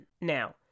Now